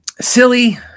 silly